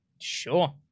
Sure